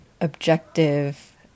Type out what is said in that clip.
objective